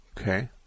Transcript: Okay